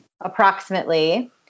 approximately